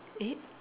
eight